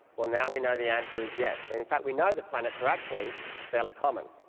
well, now we know the answer is yes, and in fact we know that planets are actually fairly common.